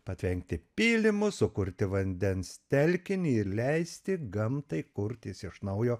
patvenkti pylimus sukurti vandens telkinį ir leisti gamtai kurtis iš naujo